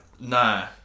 Nah